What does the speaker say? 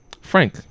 Frank